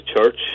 church